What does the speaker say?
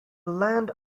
land